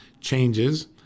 changes